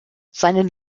seinen